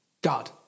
God